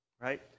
right